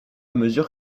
mesure